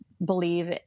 believe